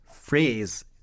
phrase